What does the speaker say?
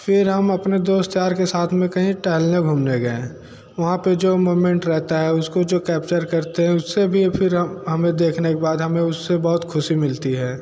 फिर हम अपने दोस्त यार के साथ में कहीं टहलने घूमने गए हैं वहाँ पर जो मूवमेंट रहता है उसको जो कैप्चर करते हैं उससे भी फिर हम हमें देखने के बाद हमें उससे बहुत ख़ुशी मिलती है